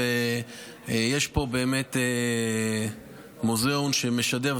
יש פה באמת מוזיאון שמשדר,